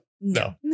No